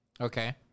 Okay